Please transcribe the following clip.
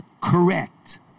correct